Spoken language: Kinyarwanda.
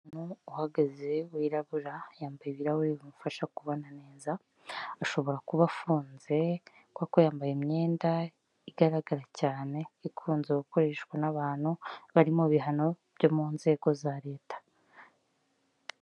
Umuntu uhagaze wirabura yambaye ibirahuri bimufasha kubona neza, ashobora kuba afunze kubera ko yambaye imyenda igaragara cyane ikunze gukoreshwa n'abantu bari mu bihano byo mu nzego za leta.